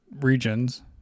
regions